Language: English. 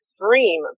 extreme